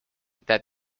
that